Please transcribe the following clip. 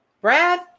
brad